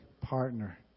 partner